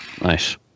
Nice